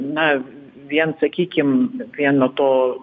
na vien sakykim vien nuo to